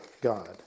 God